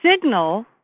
signal